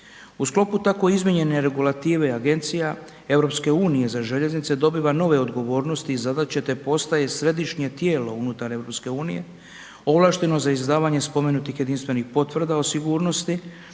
U sklopu tako izmijenjene regulative Agencija EU za željeznice dobiva nove odgovornosti i zadaće te postaje središnje tijelo unutar EU ovlašteno za izdavanje spomenutih jedinstvenih potvrda o sigurnosti